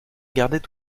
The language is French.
gardait